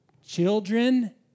Children